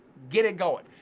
get it going.